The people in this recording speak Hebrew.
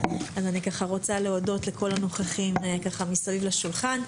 אז אני רוצה להודות לכל הנוכחים מסביב לשולחן.